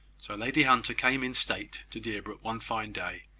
so lady hunter came in state to deerbrook, one fine day,